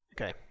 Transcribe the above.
Okay